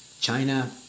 China